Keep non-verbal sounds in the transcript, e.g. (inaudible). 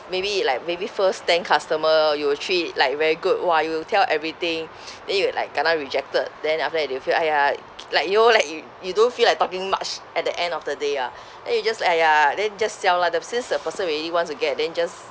maybe like maybe first ten customer you will treat it like very good !wah! you will tell everything (breath) then you'll like kena rejected then after that they will feel !aiya! like you know like you you don't feel like talking much at the end of the day ah then you just like !aiya! then just sell lah since the person already wants to get then just